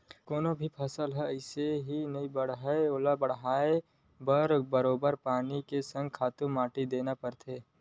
कोनो भी फसल ह अइसने ही नइ बाड़हय ओला बड़हाय बर बरोबर पानी के संग खातू माटी देना परथे